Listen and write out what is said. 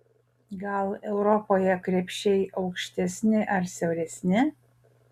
gal europoje krepšiai aukštesni ar siauresni